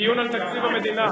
דיון על תקציב המדינה.